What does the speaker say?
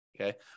Okay